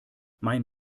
mein